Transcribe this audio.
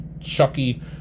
Chucky